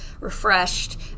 refreshed